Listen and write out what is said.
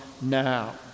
now